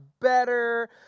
better